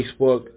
Facebook